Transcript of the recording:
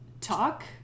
talk